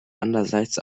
andererseits